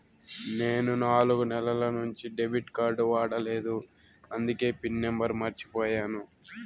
నేను నాలుగు నెలల నుంచి డెబిట్ కార్డ్ వాడలేదు అందికే పిన్ నెంబర్ మర్చిపోయాను